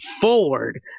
forward